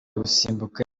gusimbuka